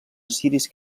assiris